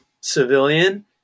civilian